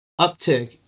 uptick